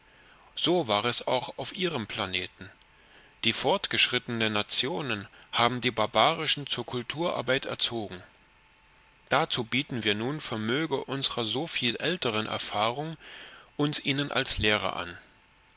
so war es auch auf ihrem planeten die vorgeschrittenen nationen haben die barbarischen zur kulturarbeit erzogen dazu bieten wir nun vermöge unsrer so viel älteren erfahrung uns ihnen als lehrer an